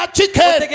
chicken